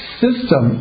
system